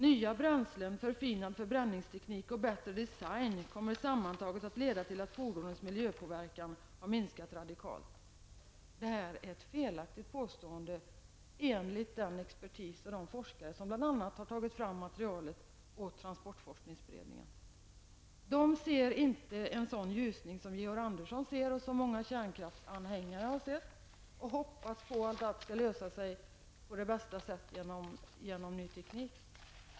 Nya bränslen, förfinad förbränningsteknik och bättre design kommer sammantaget att leda till att fordonens miljöpåverkan har minskat radikalt. Detta är ett felaktigt påstående, enligt den expertis och de forskare som bl.a. har tagit fram materialet åt transportforskningsberedningen. Dessa experter ser inte en sådan ljusning som Georg Andersson ser och som många kärnkraftsanhängare har sett och vilket gör att de hoppas på att allt skall lösa sig på bästa sätt genom ny teknik.